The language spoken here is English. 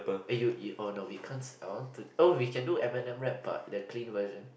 eh you you oh no we can't sing we can do Eminem rap but the clean version